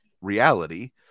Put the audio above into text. reality